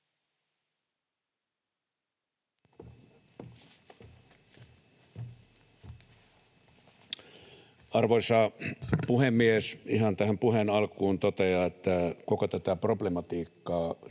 Arvoisa puhemies! Ihan tähän puheen alkuun totean, että koko tätä problematiikkaa